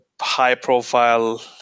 high-profile